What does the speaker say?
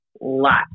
lot